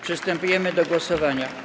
Przystępujemy do głosowania.